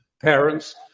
parents